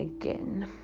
again